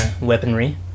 weaponry